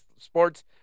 sports